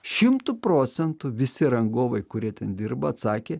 šimtu procentų visi rangovai kurie ten dirba atsakė